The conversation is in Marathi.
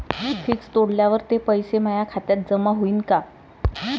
फिक्स तोडल्यावर ते पैसे माया खात्यात जमा होईनं का?